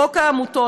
חוק העמותות,